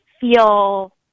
feel